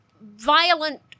violent